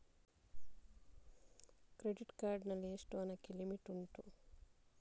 Credit card ನಲ್ಲಿ ಎಷ್ಟು ಹಣಕ್ಕೆ ಲಿಮಿಟ್ ಉಂಟು?